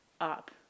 up